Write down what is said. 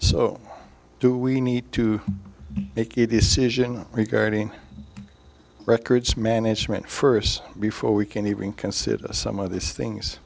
so do we need to make a decision regarding records management first before we can even consider some of these things